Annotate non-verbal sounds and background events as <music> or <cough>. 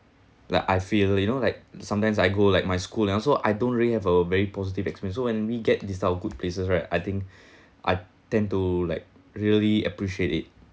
like I feel you know like sometimes I go like my school and also I don't really have a very positive experience so when we get this type of good places right I think <breath> I tend to like really appreciate it